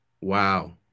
Wow